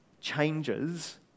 changes